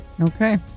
Okay